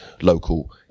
local